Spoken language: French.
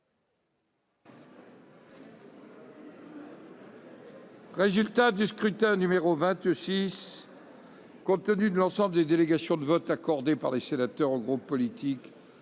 résultat du scrutin. Voici, compte tenu de l'ensemble des délégations de vote accordées par les sénateurs aux groupes politiques